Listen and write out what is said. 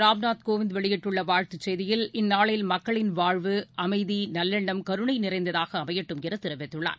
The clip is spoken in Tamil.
ராம்நாத் கோவிந்த் வெளியிட்டுள்ள வாழ்த்துச் செய்தியில் இந்நாளில் மக்களின் வாழ்வு அமைதி நல்லெண்ணம் கருணை நிறைந்ததாக அமையட்டும் என தெரிவித்துள்ளார்